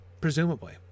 presumably